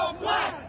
black